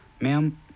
Ma'am